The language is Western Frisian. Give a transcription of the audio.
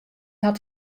hat